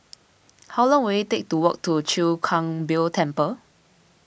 how long will it take to walk to Chwee Kang Beo Temple